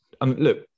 look